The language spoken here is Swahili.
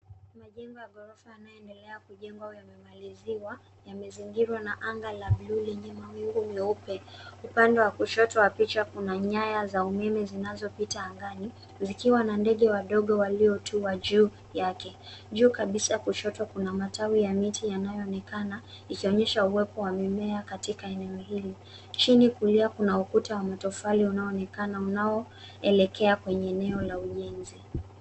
Majengo ya ghorofa yanayoendelea kujengwa yamemaliziwa. Yamezingirwa na anga la bluu lenye mawingu meupe. Upande wa kushoto wa picha kuna nyaya za umeme zinazopita angani zikiwa na ndege wadogo waliotuwa juu yake. Juu kabisa kushoto kuna matawi ya miti yanayoonekana, ikionyesha uwepo wa mimea katika eneo hili. Chini kulia kuna ukuta wa matofali unaoonekana, unaoelekea kwenye eneo la ulinzi.